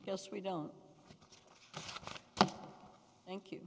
just we don't thank you